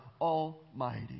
Almighty